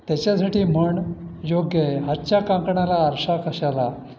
त्याच्यासाठी म्हण योग्य आहे हातच्या कंकणाला आरसा कशाला